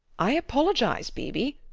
i apologize, b. b.